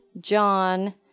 John